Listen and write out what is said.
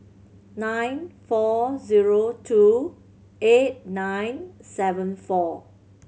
nine four zero two eight nine seven four